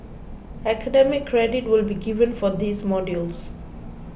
academic credit will be given for these modules